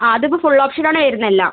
ആ അത് ഇപ്പോൾ ഫുൾ ഓപ്ഷനോടെ വരുന്നത് അല്ല